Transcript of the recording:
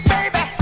Baby